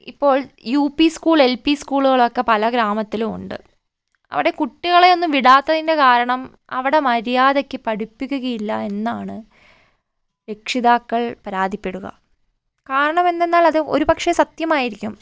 ഇപ്പോൾ U P school L P സ്കൂളുകളൊക്കെ പല ഗ്രാമത്തിലും ഉണ്ട് അവിടെ കുട്ടികളെയൊന്നും വിടാത്തതിൻ്റെ കാരണം അവിടെ മര്യാദയ്ക്ക് പഠിപ്പിക്കുകയില്ല എന്നാണ് രക്ഷിതാക്കൾ പരാതിപ്പെടുക കാരണമെന്തന്നാൽ അത് ഒരു പക്ഷെ സത്യമായിരിക്കും